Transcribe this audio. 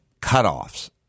cutoffs